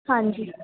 ਹਾਂਜੀ